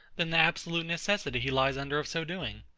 than the absolute necessity he lies under of so doing.